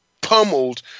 pummeled